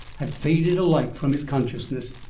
had faded alike from his consciousness.